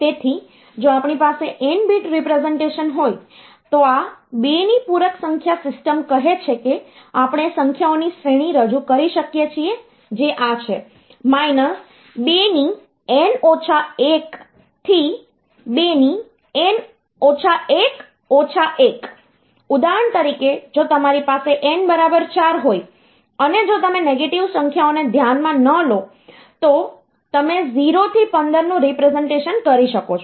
તેથી જો આપણી પાસે n બીટ રીપ્રેસનટેશન હોય તો આ 2 ની પૂરક સંખ્યા સિસ્ટમ કહે છે કે આપણે સંખ્યાઓની શ્રેણી રજૂ કરી શકીએ છીએ જે આ છે 2n 1 to 2n 1 1 ઉદાહરણ તરીકે જો તમારી પાસે n બરાબર 4 હોય અને જો તમે નેગેટિવ સંખ્યાઓને ધ્યાનમાં ન લો તો તમે 0 થી 15 નું રીપ્રેસનટેશન કરી શકો છો